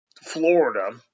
Florida